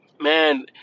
man